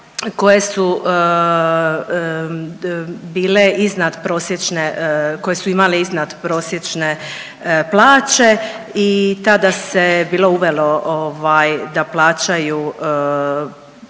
koje su imale iznad prosječne plaće i tada se bilo uvelo ovaj da plaćaju